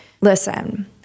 Listen